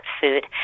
food